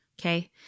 okay